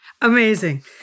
Amazing